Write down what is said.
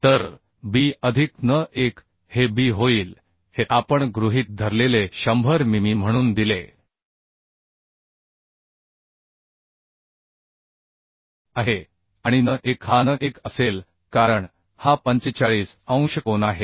तर b अधिक n1 हे b होईल हे आपण गृहीत धरलेले 100 मिमी म्हणून दिले आहे आणि n1 हा n1 असेल कारण हा 45 अंश कोन आहे